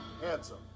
handsome